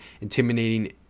intimidating